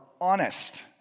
honest